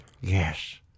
Yes